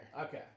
Okay